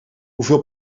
hoeveel